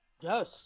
Yes